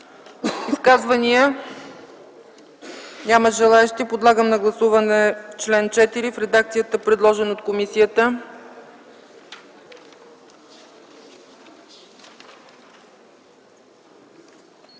Изказвания? Няма желаещи. Подлагам на гласуване чл. 4 в редакцията, предложена от комисията.